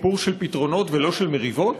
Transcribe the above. סיפור של פתרונות ולא של מריבות?